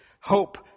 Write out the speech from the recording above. Hope